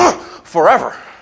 forever